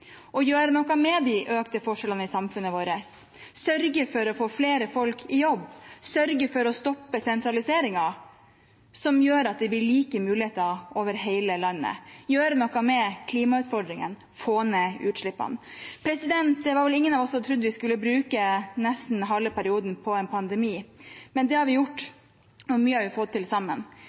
å gjøre noe med de økte forskjellene i samfunnet vårt, sørge for å få flere folk i jobb, sørge for å stoppe sentraliseringen, som gjør at det blir like muligheter over hele landet, gjøre noe med klimautfordringene, få ned utslippene. Det var vel ingen av oss som trodde vi skulle bruke nesten halve perioden på en pandemi, men det har vi gjort, og mye har vi fått til sammen.